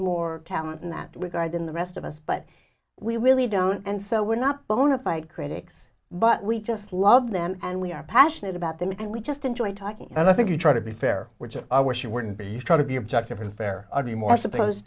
more talent in that regard than the rest of us but we really don't and so we're not bona fide critics but we just love them and we are passionate about them and we just enjoy talking and i think you try to be fair which is i wish you wouldn't be you try to be objective and fair are you more supposed